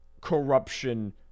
corruption